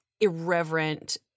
irreverent